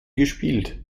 gespielt